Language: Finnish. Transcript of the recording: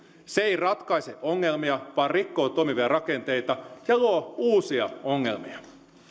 se ei ratkaise ongelmia vaan rikkoo toimivia rakenteita ja luo uusia ongelmia